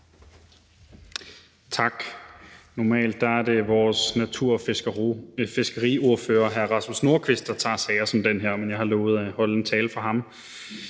er normalt vores natur- og fiskeriordfører, hr. Rasmus Nordqvist, der tager sager som den her, men jeg har lovet at holde talen for ham.